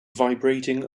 vibrating